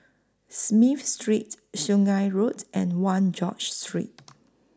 Smith Street Sungei Road and one George Street